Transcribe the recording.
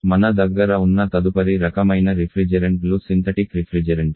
మన దగ్గర ఉన్న తదుపరి రకమైన రిఫ్రిజెరెంట్లు సింథటిక్ రిఫ్రిజెరెంట్లు